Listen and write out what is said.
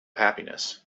happiness